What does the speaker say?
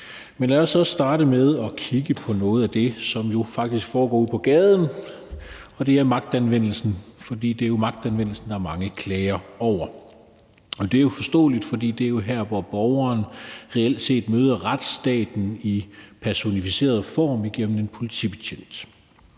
Men lad os starte med at kigge på noget af det, som jo faktisk foregår ude på gaden, og det er magtanvendelsen, for det er magtanvendelsen, der er mange klager over. Det er forståeligt, for det er her, hvor borgeren reelt set møder retsstaten i personificeret form gennem en politibetjent.